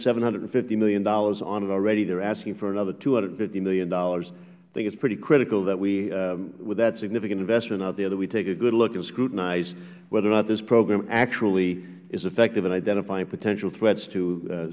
seven hundred and fifty dollars million on it already they're asking for another two hundred and fifty dollars million i think it's pretty critical that we with that significant investment out there that we take a good look and scrutinize whether or not this program actually is effective at identifying potential threats to